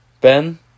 Ben